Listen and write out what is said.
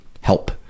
help